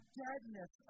deadness